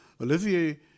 Olivier